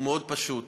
הוא מאוד פשוט: